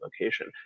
location